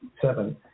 seven